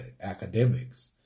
academics